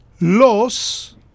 Los